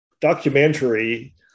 documentary